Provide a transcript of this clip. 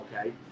okay